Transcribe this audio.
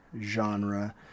genre